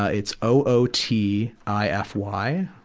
ah it's o o t i f y.